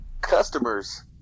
Customers